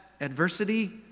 adversity